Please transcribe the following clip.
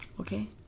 Okay